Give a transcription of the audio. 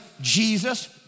Jesus